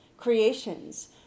creations